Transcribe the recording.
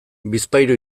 bizpahiru